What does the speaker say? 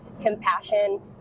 compassion